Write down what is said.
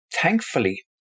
thankfully